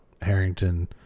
Harrington